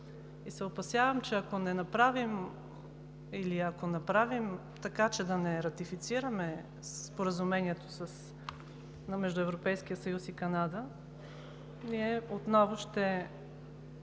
И се опасявам, че ако не направим или ако направим така, че да не ратифицираме Споразумението между Европейския съюз и Канада, ние отново ще